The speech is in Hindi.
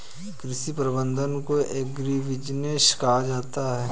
कृषि प्रबंधन को एग्रीबिजनेस कहा जाता है